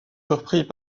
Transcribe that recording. surpris